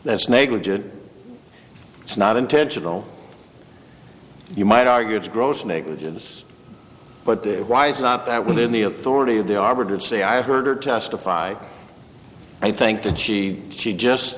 that's negligent it's not intentional you might argue it's gross negligence but they're wise not that within the authority of the arbor to say i've heard or testified i think that she she just